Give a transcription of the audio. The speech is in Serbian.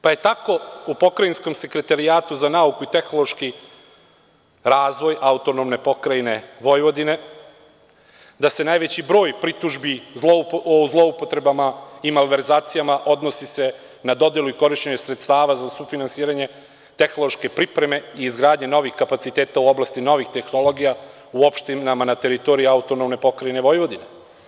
Pa, je tako u Pokrajinskom sekretarijatu za nauku i tehnološki razvoj AP Vojvodine, da se najveći broj pritužbi o zloupotrebama i malverzacijama odnosi se na dodelu i korišćenje sredstava za sufinansiranje tehnološke pripreme i izgradnje novih kapaciteta u oblasti novih tehnologija u opštinama na teritorijama AP Vojvodine.